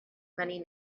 many